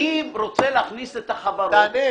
אני רוצה להכניס את החברות.